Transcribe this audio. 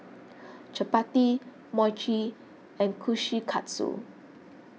Chapati Mochi and Kushikatsu